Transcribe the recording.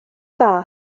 dda